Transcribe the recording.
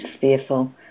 fearful